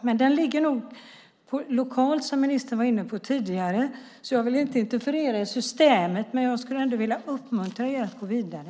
Men den ligger nog lokalt, som ministern var inne på tidigare. Jag vill inte interferera i systemet, men jag skulle ändå vilja uppmuntra er att gå vidare.